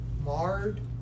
marred